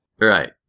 Right